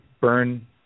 burn